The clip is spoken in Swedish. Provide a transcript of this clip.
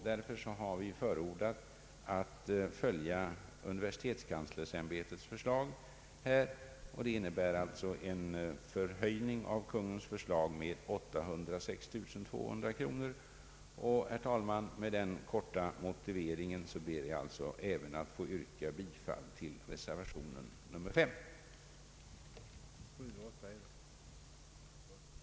Därför har vi förordat universitetskanslersämbetets förslag. Det innebär alltså en höjning av Kungl. Maj:ts förslag med 806 200 kronor. Herr talman! Med denna korta motivering ber jag att nu få yrka bifall till reservationen vid punkten 21.